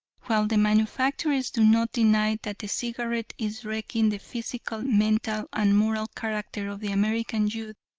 while the manufacturers do not deny that the cigarette is wrecking the physical, mental, and moral character of the american youth,